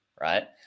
right